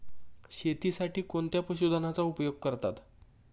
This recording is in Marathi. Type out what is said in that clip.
शेतीसाठी कोणत्या पशुधनाचा उपयोग करतात?